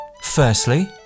Firstly